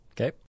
Okay